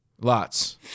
Lots